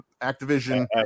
Activision